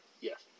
Yes